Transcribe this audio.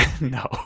No